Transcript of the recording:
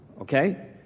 okay